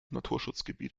naturschutzgebiet